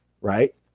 right